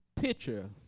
picture